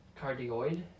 Cardioid